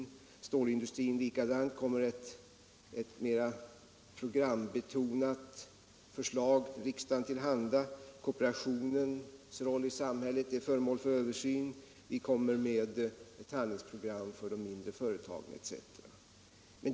För stålindustrin kommer likaså ett mera programbetonat förslag riksdagen till handa. Kooperationens roll i samhället är föremål för översyn. Vi kommer med ett handlingsprogram för de mindre företagen, etc.